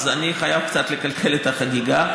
אז אני חייב לקלקל קצת את החגיגה.